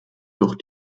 doch